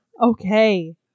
okay